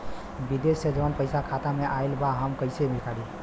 विदेश से जवन पैसा खाता में आईल बा हम कईसे निकाली?